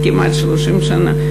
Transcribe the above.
כמעט 30 שנה.